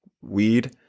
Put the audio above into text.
weed